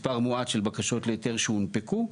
מספר מועט של בקשות להיתר שהונפקו.